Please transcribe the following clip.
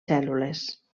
cèl·lules